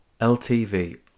LTV